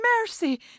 mercy